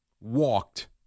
walked